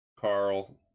Carl